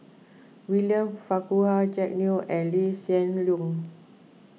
William Farquhar Jack Neo and Lee Hsien Loong